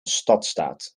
stadstaat